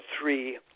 three